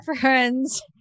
friends